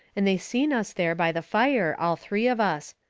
and they seen us there by the fire, all three of us.